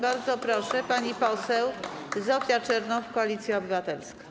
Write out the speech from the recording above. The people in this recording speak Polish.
Bardzo proszę, pani poseł Zofia Czernow, Koalicja Obywatelska.